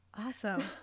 Awesome